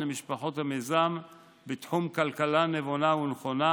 למשפחות בתחום כלכלה נבונה ונכונה,